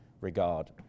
regard